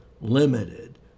limited